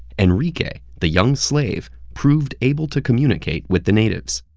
enrique, the young slave, proved able to communicate with the natives.